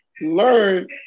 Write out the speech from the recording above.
learn